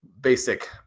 basic